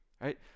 right